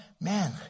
Man